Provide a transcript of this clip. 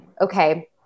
okay